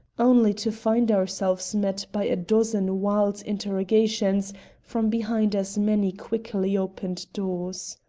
only to find ourselves met by a dozen wild interrogations from behind as many quickly opened doors.